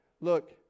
look